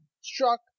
struck